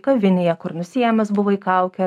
kavinėje kur nusiėmęs buvai kaukę